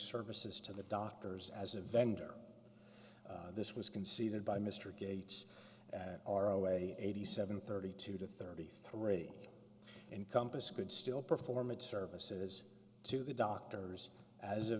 services to the doctors as a vendor this was conceded by mr gates r o a eighty seven thirty two to thirty three encompass could still perform its services to the doctors as a